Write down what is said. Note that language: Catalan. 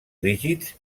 rígids